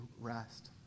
rest